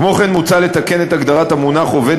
כמו כן מוצע לתקן את הגדרת המונח "עובד